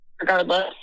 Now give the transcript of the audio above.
regardless